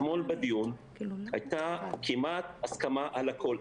אתמול בדיון הייתה כמעט הסכמה על הכול.